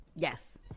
Yes